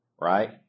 right